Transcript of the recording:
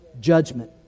judgment